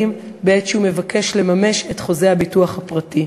בעת שהוא מבקש לממש את חוזה הביטוח הפרטי.